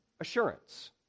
assurance